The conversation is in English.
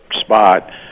spot